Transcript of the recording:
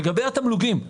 לגבי התמלוגים,